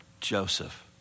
Joseph